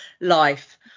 life